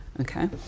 Okay